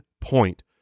point